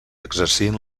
exercint